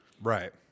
Right